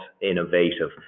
innovative